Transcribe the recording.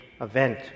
event